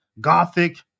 Gothic